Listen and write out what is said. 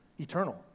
eternal